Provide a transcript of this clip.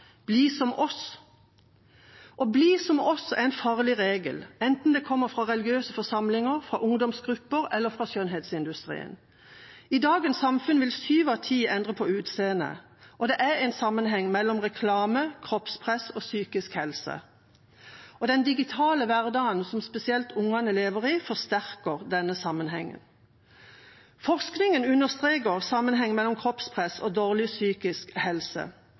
Bli som oss! Å «bli som oss» er en farlig regel, enten den kommer fra religiøse forsamlinger, fra ungdomsgrupper eller fra skjønnhetsindustrien. I dagens samfunn vil sju av ti endre på utseendet, og det er en sammenheng mellom reklame, kroppspress og psykisk helse. Den digitale hverdagen, som spesielt ungene lever i, forsterker denne sammenhengen. Forskning understreker sammenhengen mellom kroppspress og dårlig psykisk helse.